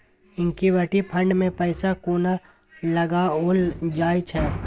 Equity fund मे पैसा कोना लगाओल जाय छै?